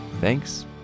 Thanks